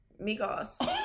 Migos